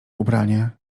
ubranie